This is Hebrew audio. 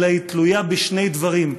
אלא היא תלויה בשני דברים: